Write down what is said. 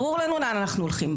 ברור לנו לאן אנחנו הולכים,